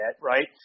right